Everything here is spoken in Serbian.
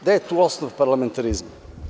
Gde je tu osnov parlamentarizma?